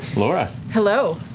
laura hello.